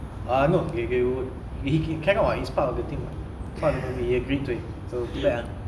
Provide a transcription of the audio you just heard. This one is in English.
ah no they wou~ he cannot what that is part of the thing part of the movie they agreed to it so too bad ah